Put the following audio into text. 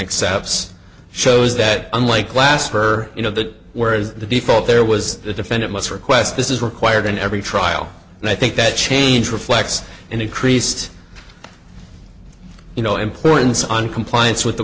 accepts shows that unlike last for you know that where is the default there was the defendant must request this is required in every trial and i think that change reflects an increased you know importance on compliance with the